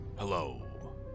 Hello